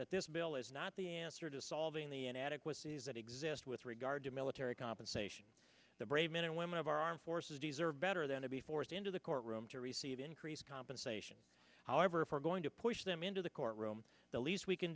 bill is not the answer to solving the inadequacies that exist with regard to military compensation the brave men and women of our armed forces deserve better than to be forced into the court room to receive increased compensation however if we're going to push them into the court room the least we can